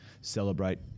celebrate